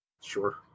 Sure